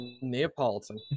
Neapolitan